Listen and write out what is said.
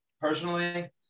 personally